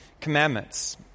commandments